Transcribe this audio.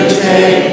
take